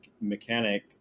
mechanic